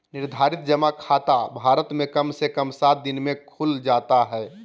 निर्धारित जमा खाता भारत मे कम से कम सात दिन मे खुल जाता हय